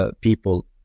people